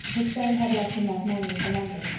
his friend had left him that morning for london,